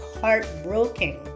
heartbroken